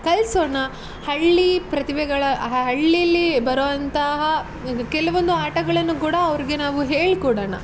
ಕಲಿಸೋಣ ಹಳ್ಳಿ ಪ್ರತಿಭೆಗಳ ಹಳ್ಳಿಲಿ ಬರೋ ಅಂತಹ ಕೆಲವೊಂದು ಆಟಗಳನ್ನು ಕೂಡ ಅವರಿಗೆ ನಾವು ಹೇಳಿಕೊಡೋಣ